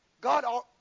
God